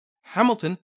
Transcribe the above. Hamilton